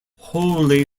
holy